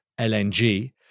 LNG